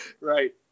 Right